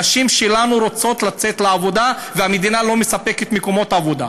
הנשים שלנו רוצות לצאת לעבודה והמדינה לא מספקת מקומות עבודה.